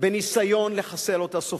בניסיון לחסל אותה סופית.